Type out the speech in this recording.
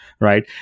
right